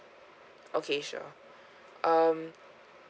okay sure um